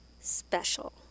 special